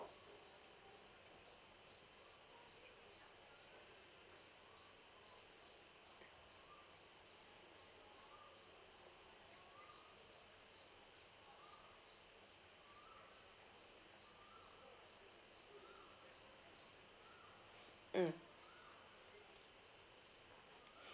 mm